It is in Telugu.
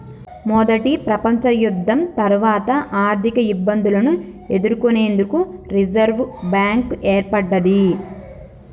మొదటి ప్రపంచయుద్ధం తర్వాత ఆర్థికఇబ్బందులను ఎదుర్కొనేందుకు రిజర్వ్ బ్యాంక్ ఏర్పడ్డది